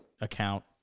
account